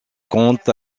compte